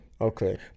Okay